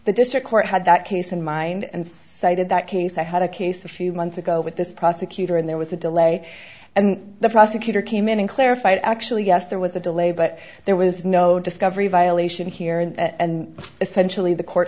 the district court had that case in mind and cited that case i had a case a few months ago with this prosecutor and there was a delay and the prosecutor came in and clarified actually yes there was a delay but there was no discovery violation here and essentially the court